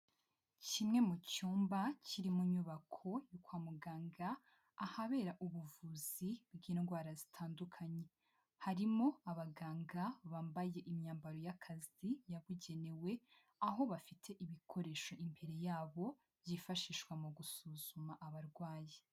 Kimwe mu cyumba kiri mu nyubako kwa muganga ahabera ubuvuzi bw'indwara zitandukanye, harimo abaganga bambaye imyambaro y'akazi yabugenewe, aho bafite ibikoresho imbere yabo byifashishwa mu gusuzuma abarwayi.